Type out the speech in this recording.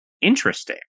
interesting